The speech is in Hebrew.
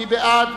מי בעד?